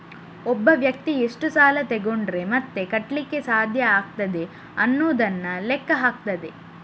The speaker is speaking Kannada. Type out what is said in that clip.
ಒಬ್ಬ ವ್ಯಕ್ತಿ ಎಷ್ಟು ಸಾಲ ತಗೊಂಡ್ರೆ ಮತ್ತೆ ಕಟ್ಲಿಕ್ಕೆ ಸಾಧ್ಯ ಆಗ್ತದೆ ಅನ್ನುದನ್ನ ಲೆಕ್ಕ ಹಾಕ್ತದೆ